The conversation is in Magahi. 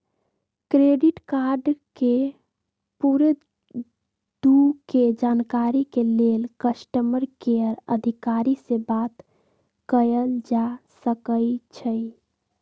क्रेडिट कार्ड के पूरे दू के जानकारी के लेल कस्टमर केयर अधिकारी से बात कयल जा सकइ छइ